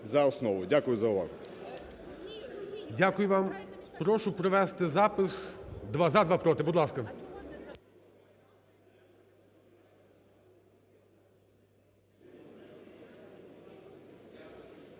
Дякую за увагу.